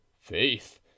faith